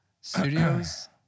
studios